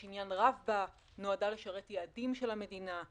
שעניין רב בה נועדה לשרת יעדים של המדינה,